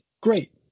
great